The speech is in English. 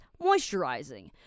moisturizing